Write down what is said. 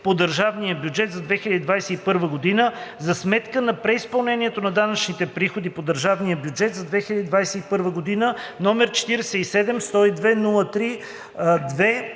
по държавния бюджет за 2021 г. за сметка на преизпълнението на данъчните приходи по държавния бюджет за 2021 г., № 47-102-03-2,